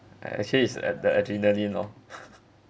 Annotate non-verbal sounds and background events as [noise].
act~ actually is at the adrenaline lor [laughs]